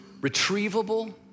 retrievable